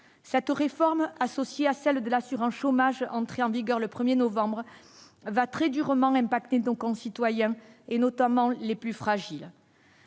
cette réforme associée à celle de l'assurance chômage, entrée en vigueur le 1er novembre va très durement impacté donc en citoyens et notamment les plus fragiles,